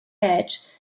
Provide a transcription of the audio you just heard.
edge